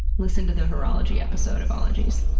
listen to the horology episode of ologies.